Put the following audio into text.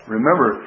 Remember